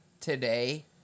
today